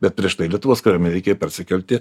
bet prieš tai lietuvos kariuomenei reikėjo persikelti